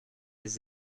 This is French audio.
des